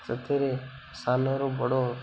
ସେଥିରେ ସାନରୁ ବଡ଼